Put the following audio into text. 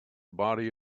body